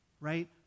Right